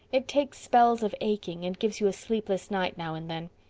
it takes spells of aching and gives you a sleepless night now and then,